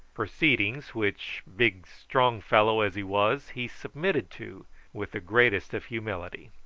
proceedings which, big strong fellow as he was, he submitted to with the greatest of humility,